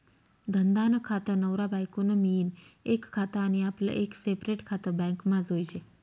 धंदा नं खातं, नवरा बायको नं मियीन एक खातं आनी आपलं एक सेपरेट खातं बॅकमा जोयजे